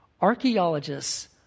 Archaeologists